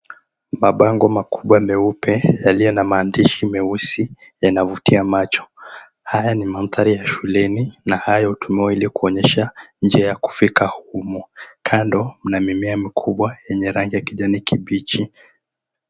Mabango makubwa meupe yaliyo na maandishi meusi yanavutia macho. Haya ni mandhari ya shuleni na hayo hutumiwa ili kuonyesha njia ya kufika humo. Kando mna mimea mikubwa yenye rangi ya kijani kibichi.